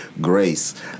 Grace